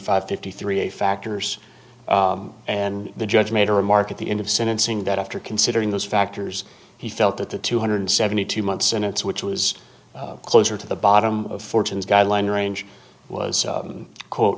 five fifty three factors and the judge made a remark at the end of sentencing that after considering those factors he felt that the two hundred seventy two months in its which was closer to the bottom of fortunes guideline range was quote